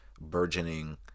burgeoning